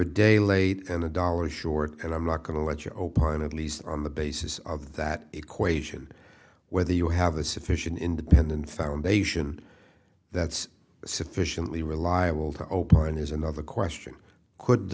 day late and a dollar short and i'm not going to let your opine of least on the basis of that equation whether you have a sufficient independent foundation that's sufficiently reliable to opine is another question could the